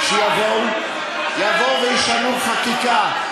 שיבואו וישנו חקיקה.